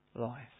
life